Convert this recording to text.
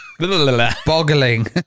Boggling